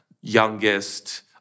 youngest